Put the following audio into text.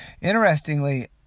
Interestingly